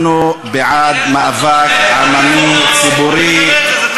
הוא שואל שאלה לגיטימית.